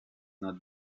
not